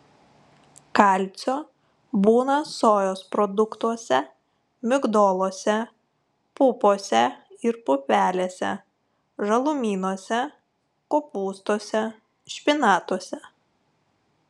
kalcio būna sojos produktuose migdoluose pupose ir pupelėse žalumynuose kopūstuose špinatuose